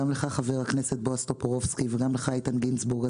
גם לך חבר הכנסת בועז טופורובסקי וגם לך חבר הכנסת איתן גינזבורג.